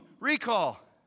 recall